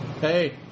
Hey